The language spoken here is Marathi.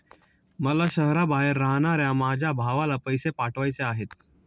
मला शहराबाहेर राहणाऱ्या माझ्या भावाला पैसे पाठवायचे आहेत